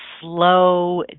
slow